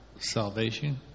Salvation